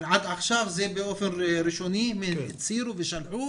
עד עכשיו זה באופן ראשוני הם הצהירו ושלחו